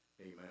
Amen